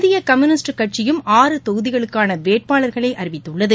இந்தியகம்யூனிஸ்ட் கட்சியும் ஆறு தொகுதிகளுக்கானவேட்பாளர்களைஅறிவித்துள்ளது